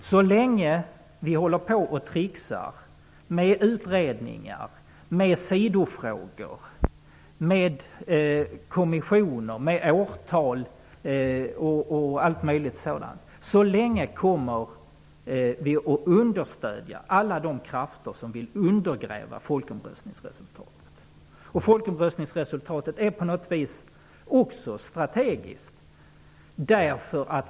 Så länge vi tricksar med utredningar, sidofrågor, kommissioner, årtal osv., så länge kommer vi att understödja alla de krafter som vill undergräva folkomröstningsresultatet. Folkomröstningsresultatet är på något vis också strategiskt.